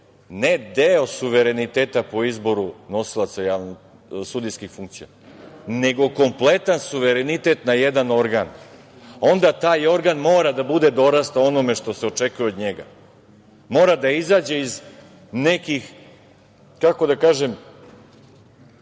ne deo suvereniteta po izboru nosilaca sudijskih funkcija, nego kompletan suverenitet na jedan organ. Onda taj organ mora da bude dorastao onome što se očekuje od njega, mora da izađe iz nekih, kako da kažem,